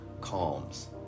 calms